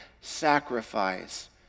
sacrifice